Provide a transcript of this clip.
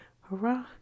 hurrah